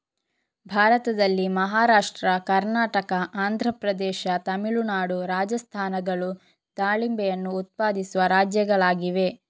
ಭಾರತದಲ್ಲಿ ಮಹಾರಾಷ್ಟ್ರ, ಕರ್ನಾಟಕ, ಆಂಧ್ರ ಪ್ರದೇಶ, ತಮಿಳುನಾಡು, ರಾಜಸ್ಥಾನಗಳು ದಾಳಿಂಬೆಯನ್ನು ಉತ್ಪಾದಿಸುವ ರಾಜ್ಯಗಳಾಗಿವೆ